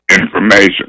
information